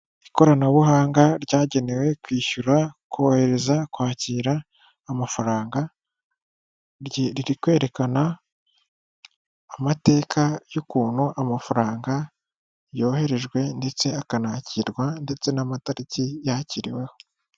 Ikoranabuhanga ryagenewe kwishyura, kohereza, kwakira amafaranga, riri kwerekana amateka y'ukuntu amafaranga yoherejwe ndetse akanakirwa, ndetse n'amatariki yakiriweho.